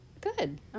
Good